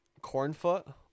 Cornfoot